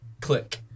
click